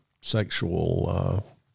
sexual